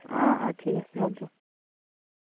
অঁ অঁ ঠিক আছে হ'ব